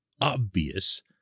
obvious